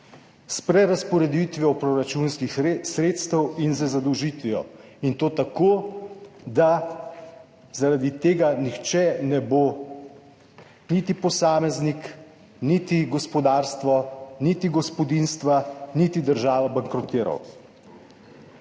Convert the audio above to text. s prerazporeditvijo proračunskih sredstev in z zadolžitvijo in to tako, da zaradi tega nihče, niti posameznik, niti gospodarstvo, niti gospodinjstva, niti država, ne bo bankrotiral,